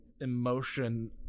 emotion